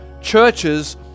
churches